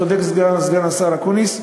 צודק סגן השר אקוניס.